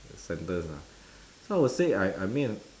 sentence lah so I will say I I mean